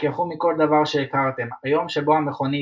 תשכחו מכל מה שהכרתם היום שבו המכונית,